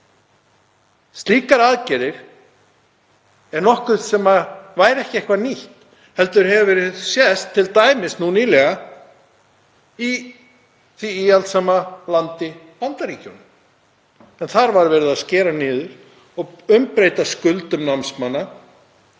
Slíkar aðgerðir er nokkuð sem væri ekki eitthvað nýtt heldur hefur sést t.d. nýlega í því íhaldssama landi Bandaríkjunum, en þar var verið að skera niður og umbreyta skuldum námsmanna